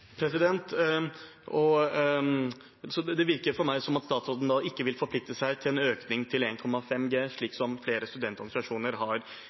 Det virker for meg som om statsråden ikke vil forplikte seg til en økning til 1,5 G, slik flere studentorganisasjoner har